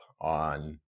on